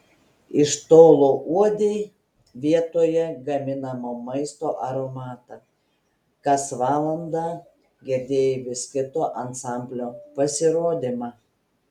iš tolo uodei vietoje gaminamo maisto aromatą kas valandą girdėjai vis kito ansamblio pasirodymą